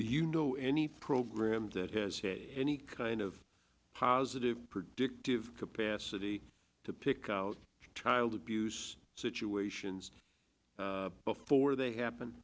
you know any program that has any kind of positive predictive capacity to pick out child abuse situations before they happen